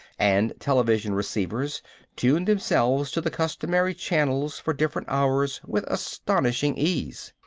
and television receivers tuned themselves to the customary channels for different hours with astonishing ease.